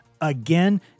again